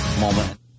moment